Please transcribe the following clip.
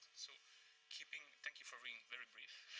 so keeping thank you for being very brief.